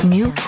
New